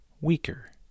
weaker